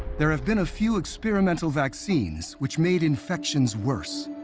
there have been a few experimental vaccines which made infections worse.